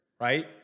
right